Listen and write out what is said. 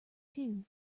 two